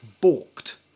balked